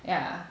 yeah